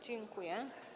Dziękuję.